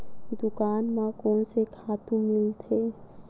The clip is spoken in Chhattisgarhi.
दुकान म कोन से खातु मिलथे?